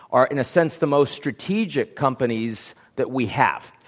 are in a sense the most strategic companies that we have.